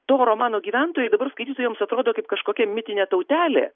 to romano gyventojai dabar skaitytojams atrodo kaip kažkokia mitinė tautelė